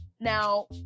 Now